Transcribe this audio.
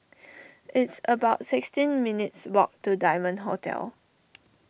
it's about sixteen minutes' walk to Diamond Hotel